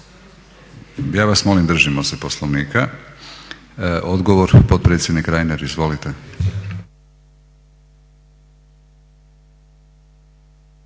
Ja vas molim držimo se Poslovnika. Odgovor potpredsjednik Reiner, izvolite.